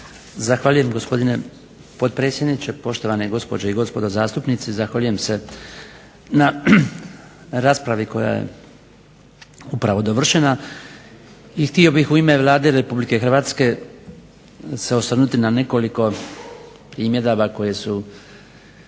Zahvaljujem gospodine potpredsjedniče, poštovane gospođe i gospodo zastupnici, zahvaljujem se na raspravi koja je upravo dovršena i htio bih u ime Vlade Republike Hrvatske se osvrnuti na nekoliko primjedaba koje su